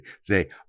say